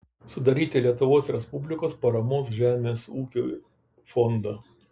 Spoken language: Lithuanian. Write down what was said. sudaryti lietuvos respublikos paramos žemės ūkiui fondą